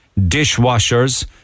dishwashers